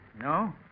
No